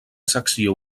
secció